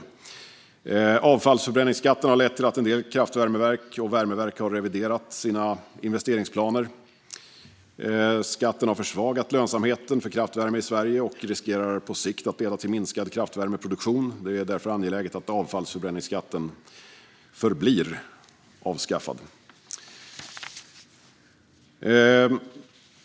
Avfallsförbränningsskatten har lett till att en del kraftvärmeverk och värmeverk har reviderat sina investeringsplaner. Skatten har försvagat lönsamheten för kraftvärme i Sverige och riskerar på sikt att leda till minskad kraftvärmeproduktion. Det är därför angeläget att avfallsförbränningsskatten förblir avskaffad.